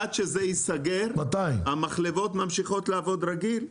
ועד שזה ייסגר, המחלבות ממשיכות לעבוד רגיל?